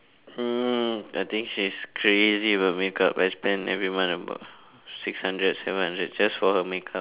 uh I think she's crazy about makeup I spend every month about six hundred seven hundred just for her makeup